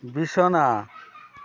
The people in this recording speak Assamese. বিছনা